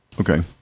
Okay